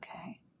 okay